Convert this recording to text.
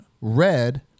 red